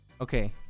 Okay